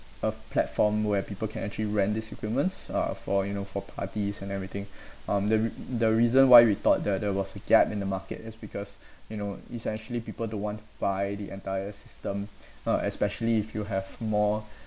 a platform where people can actually rent this equipment uh for you know for parties and everything um the the reason why we thought that there was a gap in the market is because you know essentially people don't want to buy the entire system uh especially if you have more